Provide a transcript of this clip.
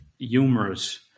humorous